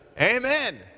Amen